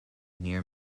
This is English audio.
near